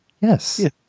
Yes